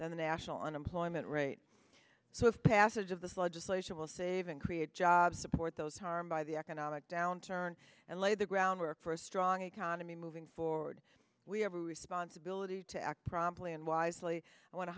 than the national unemployment rate so the passage of this legislation will save and create jobs support those harmed by the economic downturn and lay the groundwork for a strong economy moving forward we have a responsibility to act promptly and wisely i want to